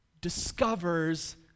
discovers